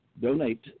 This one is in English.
donate